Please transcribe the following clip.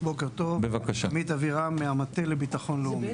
בוקר טוב, אני מהמטה לביטחון לאומי.